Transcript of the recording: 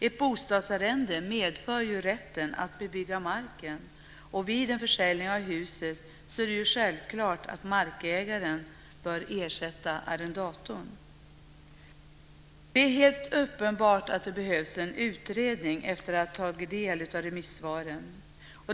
Ett bostadsarrende medför rätten att bebygga marken, och vid en försäljning av huset är det självklart att markägaren bör ersätta arrendatorn. Efter att ha tagit del av remissvaren är det helt uppenbart att det behövs en utredning.